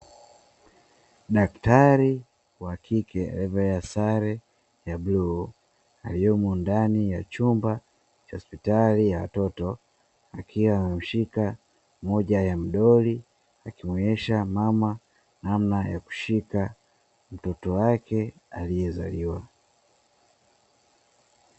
Daktari wa kike, aliyevaa Sare, ya Buluu aliyemo ndani ya chumba cha hospitali ya watoto, akiwa amemshika moja ya mdoli, akimuonyesha mama namna ya kushika mtoto wake aliyezaliwa.